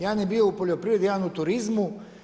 Jedan je bio u poljoprivredi, jedan u turizmu.